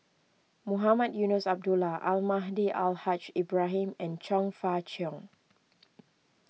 Mohamed Eunos Abdullah Almahdi Al Haj Ibrahim and Chong Fah Cheong